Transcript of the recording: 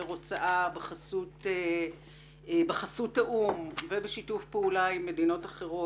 הוצאה בחסות האו"ם ובשיתוף פעולה עם מדינות אחרות,